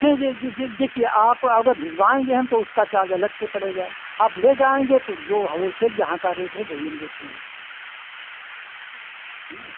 नहीं यह यह यह देखिए आप अगर भिजवाएँगे हम तो उसका चार्ज अलग से पड़ेगा आप ले जाएँगे तो जो होलसेल यहाँ का रेट है वही हम लेते हैं हाँ